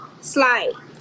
slide